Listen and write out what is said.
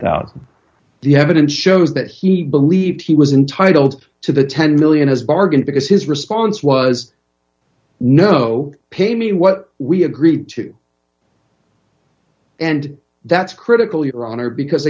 thousand the evidence shows that he believed he was intitled to the ten million his bargain because his response was no pay me what we agreed to and that's critical your honor because